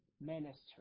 minister